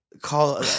call